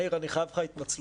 מאיר, אני חייב לך התנצלות.